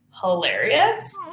hilarious